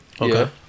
Okay